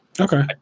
Okay